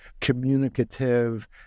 communicative